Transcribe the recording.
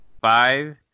Five